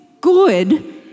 good